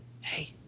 Hey